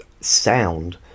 sound